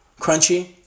crunchy